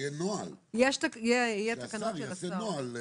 שהשר יעשה נוהל.